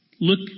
Look